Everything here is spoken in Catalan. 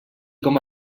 com